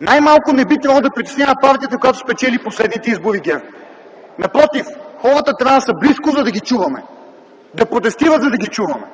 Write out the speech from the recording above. най-малкото не би трябвало да притеснява партията, която спечели последните избори – ГЕРБ. Напротив, хората трябва да са близко, за да ги чуваме - да протестират, за да ги чуваме.